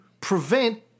prevent